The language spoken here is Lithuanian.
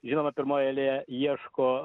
žinoma pirmoje eilėje ieško